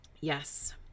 Yes